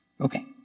Okay